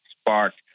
sparked